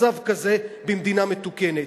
מצב כזה במדינה מתוקנת.